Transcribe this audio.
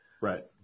Right